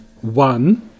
one